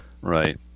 right